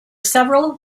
several